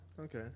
Okay